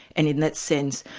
and in that sense,